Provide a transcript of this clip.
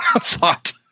thought